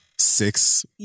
six